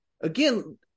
again